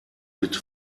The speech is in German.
mit